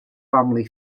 family